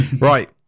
Right